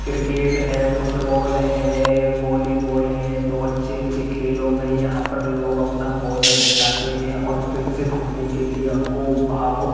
cricket है football है volleyball है तो अच्छे अच्छे खेलों में यहाँ पर लोग अपना कौशल दिखाते हैं और विकसित होने के लिए उनको भावुक